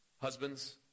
husbands